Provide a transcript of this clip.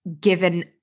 given